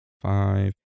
five